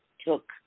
took